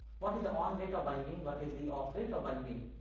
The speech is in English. what is the on rate of binding what is the off rate of binding,